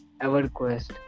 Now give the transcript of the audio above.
EverQuest